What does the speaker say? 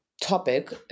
topic